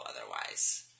otherwise